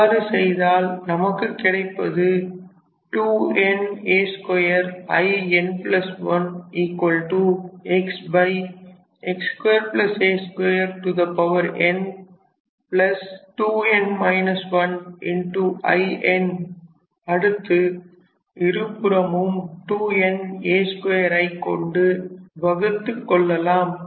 இவ்வாறு செய்தால் நமக்கு கிடைப்பது அடுத்து இருபுறமும் 2na2 ஐ கொண்டு வகுத்துக் கொள்ளலாம்